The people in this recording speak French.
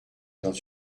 dans